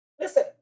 Listen